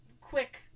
quick